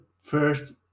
First